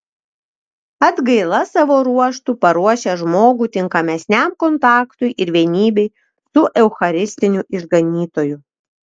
atgaila savo ruožtu paruošia žmogų tinkamesniam kontaktui ir vienybei su eucharistiniu išganytoju